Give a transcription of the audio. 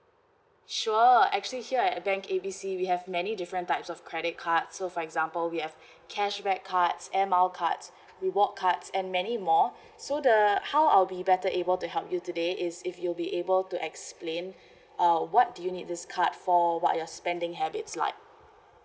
sure actually here at bank A B C we have many different types of credit card so for example we have cashback cards air miles cards reward cards and many more so the how I'll be better able to help you today is if you'll be able to explain uh what do you need this card for what your spending habits like